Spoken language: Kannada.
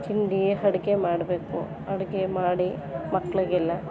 ತಿಂಡಿ ಅಡುಗೆ ಮಾಡಬೇಕು ಅಡುಗೆ ಮಾಡಿ ಮಕ್ಳಿಗೆಲ್ಲ